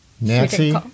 Nancy